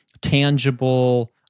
tangible